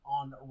on